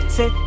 Say